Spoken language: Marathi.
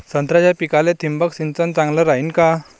संत्र्याच्या पिकाले थिंबक सिंचन चांगलं रायीन का?